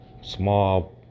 small